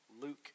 Luke